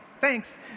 thanks